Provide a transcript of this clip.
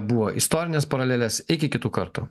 buvo istorinės paralelės iki kitų kartų